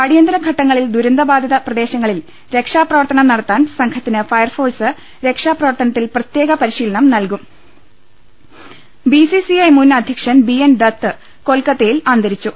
അടിയന്തരഘട്ടങ്ങളിൽ ദുരന്തബാധിതപ്രദേശങ്ങളിൽ രക്ഷാപ്രവർത്തനം നടത്താൻ സംഘത്തിന് ഫയർഫോഴ്സ് രക്ഷാപ്രവർത്തനത്തിൽ പ്രത്യേക പരിശീലനം നൽകും ലക്കകകകകകകകകകകകകക ബി സി സ്റ്റി ഐ മുൻ അധ്യക്ഷൻ ബി എൻ ദത്ത് കൊൽക്കത്തയിൽ അന്തരിച്ചു